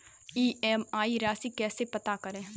EMI राशि कैसे पता करें?